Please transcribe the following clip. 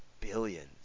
billions